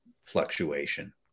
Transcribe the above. fluctuation